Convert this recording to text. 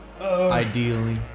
Ideally